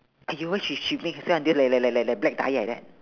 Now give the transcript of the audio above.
!aiyo! why she she make herself until like like like like like like black dye like that